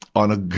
on a